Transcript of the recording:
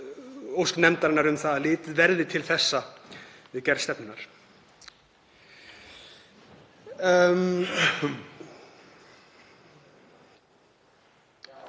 ósk nefndarinnar að litið verði til þessa við gerð stefnunnar.